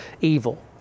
evil